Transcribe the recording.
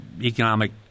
economic